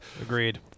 Agreed